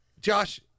Josh